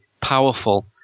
powerful